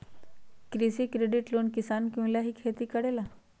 कृषि credit loan किसान के मिलहई खेती करेला?